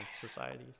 societies